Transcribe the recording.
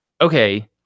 okay